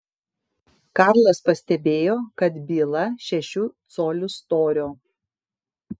karlas pastebėjo kad byla šešių colių storio